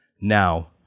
Now